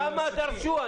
למה דרשו?